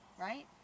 right